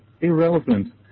irrelevant